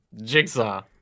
Jigsaw